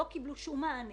הם לא קיבלו שום מענה,